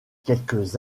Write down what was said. quelques